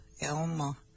Elma